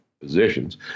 positions